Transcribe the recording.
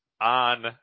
on